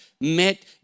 met